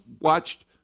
watched